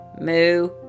moo